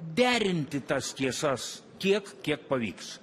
derinti tas tiesas tiek kiek pavyks